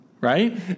right